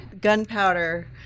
gunpowder